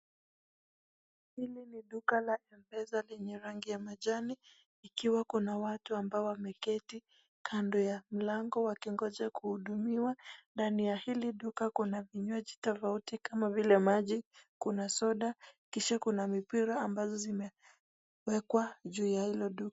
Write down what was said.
Hili ni duka la mpesa lenye rangi ya majani, ikiwa kuna watu ambao wameketi kando ya mlango wakingoja kuhudumiwa ,ndani ya hili duka kuna vinywaji tofauti kama vile maji, kuna soda, kisha kuna mipira ambazo zimewekwa juu ya hilo duka.